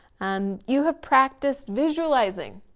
and you have practiced visualizing,